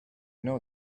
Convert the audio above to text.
know